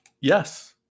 Yes